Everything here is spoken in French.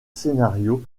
scénarios